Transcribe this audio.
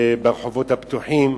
ברחובות הפתוחים,